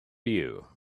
you